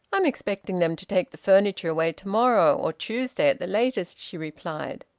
i'm expecting them to take the furniture away to-morrow, or tuesday at the latest, she replied.